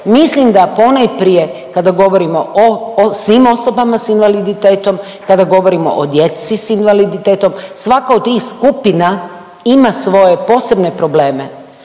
Mislim da ponajprije kada govorimo o, o svim osobama s invaliditetom, kada govorimo o djeci s invaliditetom, svaka od tih skupina ima svoje posebne probleme